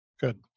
Good